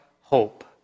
hope